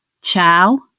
ciao